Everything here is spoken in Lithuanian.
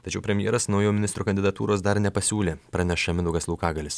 tačiau premjeras naujų ministrų kandidatūros dar nepasiūlė praneša mindaugas laukagalis